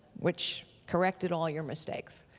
which corrected all your mistakes.